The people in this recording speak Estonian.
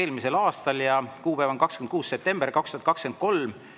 eelmisel aastal ja kuupäev on 26. september 2023.